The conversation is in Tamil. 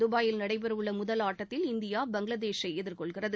தபாயில் நடைபெறவுள்ள முதல் ஆட்டத்தில் இந்தியா பங்களாதேஷை எதிர்கொள்கிறது